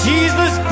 Jesus